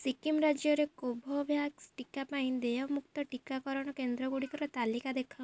ସିକିମ୍ ରାଜ୍ୟରେ କୋଭୋଭ୍ୟାକ୍ସ ଟିକା ପାଇଁ ଦେୟମୁକ୍ତ ଟିକାକରଣ କେନ୍ଦ୍ରଗୁଡ଼ିକର ତାଲିକା ଦେଖାଅ